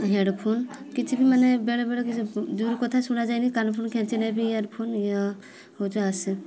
headphone କିଛି ବି ମାନେ ବେଳେବେଳେ ବି ଜୋରେ କଥା ଶୁଣାଯାଏନି କାନ ଫାନ ଖେଞ୍ଚିଲେ ବି ଇଅରଫୋନ୍ ହେଉଛି ଆସେ